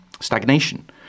stagnation